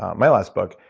um my last book.